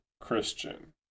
Christian